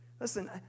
listen